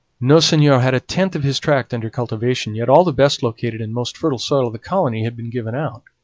no seigneur had a tenth of his tract under cultivation, yet all the best-located and most fertile soil of the colony had been given out.